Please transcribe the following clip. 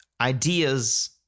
ideas